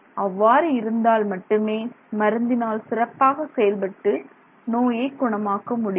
அவ்வாறு இருந்தால் மட்டுமே மருந்தினால் சிறப்பாக செயல்பட்டு நோயை குணமாக்க முடியும்